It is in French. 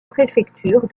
préfecture